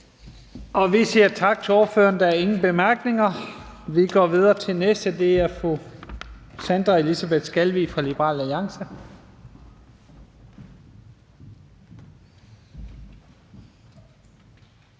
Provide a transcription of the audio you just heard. Vi siger tak til ordføreren. Der er ingen korte bemærkninger. Vi går videre til den næste. Det er fru Sandra Elisabeth Skalvig fra Liberal Alliance.